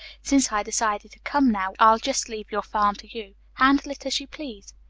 since i decided to come now, i'll just leave your farm to you. handle it as you please.